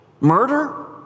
Murder